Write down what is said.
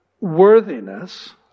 worthiness